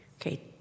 Okay